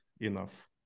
enough